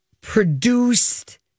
produced